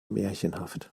märchenhaft